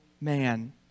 man